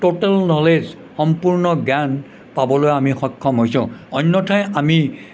total knowledge সম্পূৰ্ণ জ্ঞান পাবলৈ আমি সক্ষম হৈছোঁ অন্য়থাই আমি